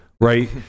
right